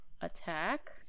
attack